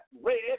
red